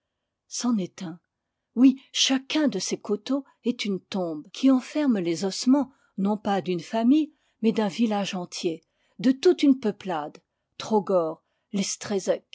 est un oui chacun de ces coteaux est une tombe qui enferme les ossements non pas d'une famille mais d'un village entier de toute une peuplade trogor